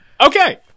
Okay